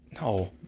No